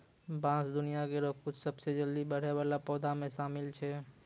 बांस दुनिया केरो कुछ सबसें जल्दी बढ़ै वाला पौधा म शामिल छै